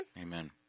amen